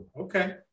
Okay